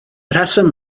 rheswm